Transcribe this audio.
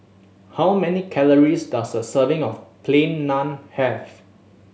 how many calories does a serving of Plain Naan have